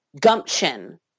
gumption